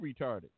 retarded